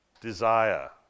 Desire